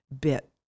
bit